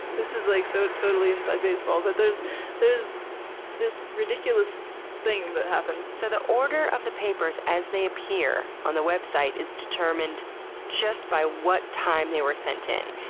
this is like so totally inside baseball, but that there's this ridiculous thing that happens, so, the order of the papers as they appear on the website is determined just by what time they were sent in.